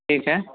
ٹھیک ہے